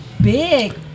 big